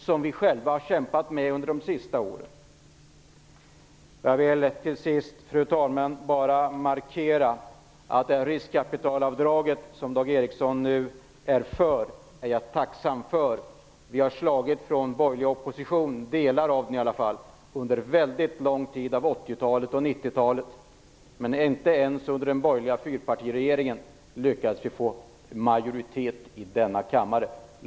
Det har vi kämpat för under de senaste åren. Fru talman! Till sist vill jag bara säga att jag är tacksam över att Dag Ericson är för riskkapitalavdraget. Vi från den borgerliga oppositionen - åtminstone delar av den - har slagits för rikskapitalavdraget under 80-talet och 90-talet. Men inte ens under den borgerliga fyrpartiregeringen lyckades vi få majoritet för detta i denna kammare.